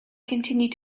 continued